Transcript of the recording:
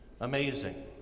Amazing